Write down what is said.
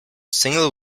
single